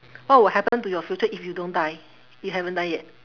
what will happen to your future if you don't die you haven't die yet